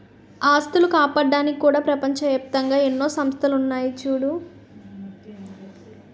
ఆస్తులు కాపాడ్డానికి కూడా ప్రపంచ ఏప్తంగా ఎన్నో సంస్థలున్నాయి చూడూ